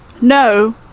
No